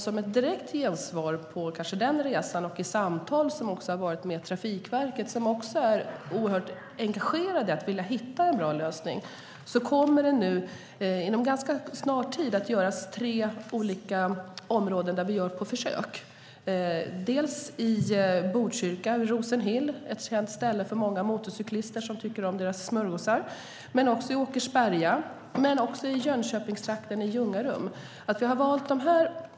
Som ett direkt gensvar på resan och de samtal som har varit med Trafikverket, där man också är mycket engagerad för att hitta en bra lösning, kommer det nu ganska snart att inledas försök på tre olika områden. Det handlar om Botkyrka - Rosenhill, ett känt ställe för motorcyklister som tycker om smörgåsar - om Åkersberga och om Ljungarum i Jönköpingstrakten.